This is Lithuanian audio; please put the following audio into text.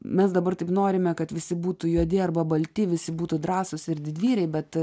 mes dabar taip norime kad visi būtų juodi arba balti visi būtų drąsūs ir didvyriai bet